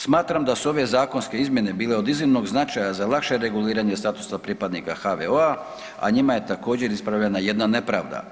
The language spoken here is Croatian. Smatram da su ove zakonske izmjene bile od iznimnog značaja za lakše reguliranje statusa pripadnika HVO-a, a njima je također ispravljena jedna nepravda.